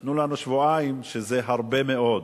נתנו לנו שבועיים, שזה הרבה מאוד.